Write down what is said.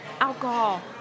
alcohol